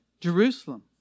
Jerusalem